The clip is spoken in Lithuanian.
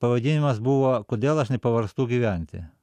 pavadinimas buvo kodėl aš nepavargstu gyventi